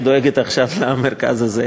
שדואגת עכשיו למרכז הזה,